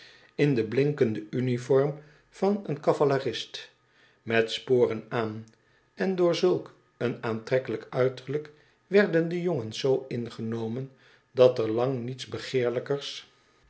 in de uniform van een cavalerist met sporen aan en door zulk een aantrekkelijk uiterlijk werden de jongens zoo ingenomen dat er lang niets